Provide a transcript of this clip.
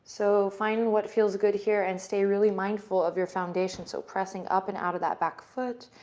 so, find what feels good here and stay really mindful of your foundation. so, pressing up and out of that back foot,